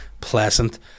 pleasant